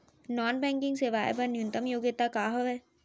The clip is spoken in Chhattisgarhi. नॉन बैंकिंग सेवाएं बर न्यूनतम योग्यता का हावे?